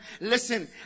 listen